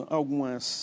algumas